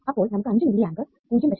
അപ്പോൾ നമുക്ക് 5 milliamp 0